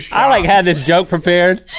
i like had this joke prepared.